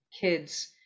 kids